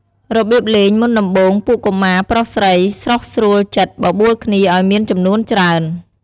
របៀបលេង មុនដំបូង ពួកកុមារប្រុសស្រី ស្រុះស្រួលចិត្តបបួលគ្នាឲ្យមានចំនួនច្រើន។